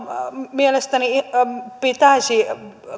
mielestäni pitäisi